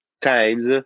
times